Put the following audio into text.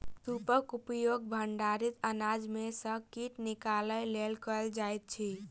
सूपक उपयोग भंडारित अनाज में सॅ कीट निकालय लेल कयल जाइत अछि